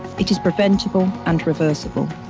it is preventable and reversible.